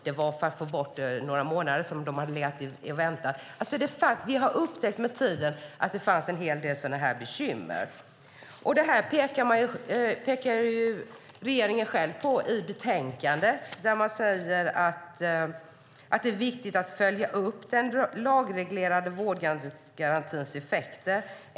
Det var för att få bort några månader som de hade legat och väntat. Vi har upptäckt med tiden att det fanns en hel del sådana bekymmer. Det här pekar regeringen själv på - det kan man se i betänkandet. Där säger man att det är viktigt att följa upp den lagreglerade vårdgarantins effekter.